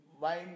wine